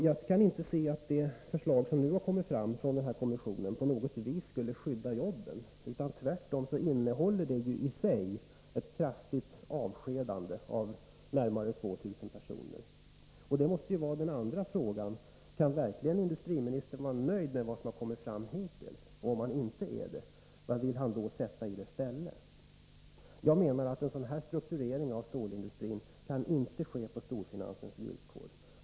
Jag kan inte se att det förslag som nu har kommit fram från kommissionen på något vis skulle skydda jobben. Tvärtom innehåller det i sig ett omfattande avskedande, av närmare 2 000 personer. Den andra frågan måste bli: Kan verkligen industriministern vara nöjd med vad som har kommit fram hittills? Om han inte är nöjd, vad vill han då sätta i stället? Jag menar att en sådan här omstrukturering av stålindustrin inte kan ske på storfinansens villkor.